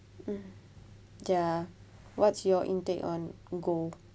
mm ya what's your intake on gold